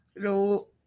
Hello